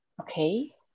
Okay